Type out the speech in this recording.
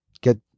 get